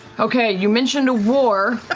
okay, you mentioned a war,